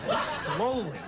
slowly